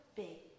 big